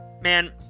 man